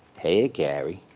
hey, cary.